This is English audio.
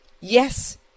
Yes